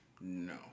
No